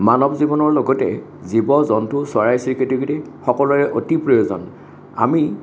মানৱ জীৱনৰ লগতে জীৱ জন্তু চৰাই চিৰিকটি সকলোৱে অতি প্ৰয়োজন আমি